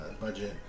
budget